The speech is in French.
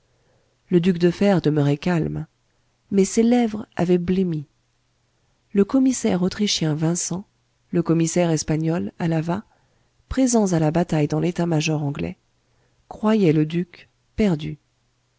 le duc de fer demeurait calme mais ses lèvres avaient blêmi le commissaire autrichien vincent le commissaire espagnol alava présents à la bataille dans l'état-major anglais croyaient le duc perdu